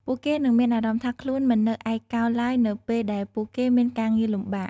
ពួកគេនឹងមានអារម្មណ៍ថាខ្លួនមិននៅឯកោឡើយនៅពេលដែលពួកគេមានការងារលំបាក។